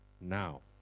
now